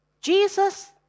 Jesus